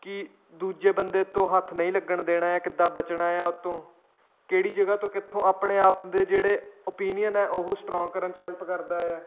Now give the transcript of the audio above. ਕਿ ਦੂਜੇ ਬੰਦੇ ਤੋਂ ਹੱਥ ਨਹੀਂ ਲੱਗਣ ਦੇਣਾ ਕਿੱਦਾਂ ਬਚਣਾ ਆ ਉਹ ਤੋਂ ਕਿਹੜੀ ਜਗ੍ਹਾ ਤੋਂ ਕਿੱਥੋਂ ਆਪਣੇ ਆਪ ਦੇ ਜਿਹੜੇ ਓਪੀਨੀਅਨ ਹੈ ਉਹ ਸਟਰੋਂਗ ਕਰਨ 'ਚ ਹੈਲਪ ਕਰਦਾ ਆ